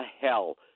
hell